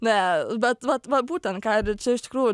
ne bet vat va būtent ką ir čia iš tikrųjų